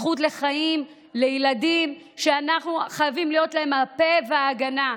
זכות לחיים לילדים שאנחנו חייבים להיות להם הפה וההגנה.